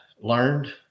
learned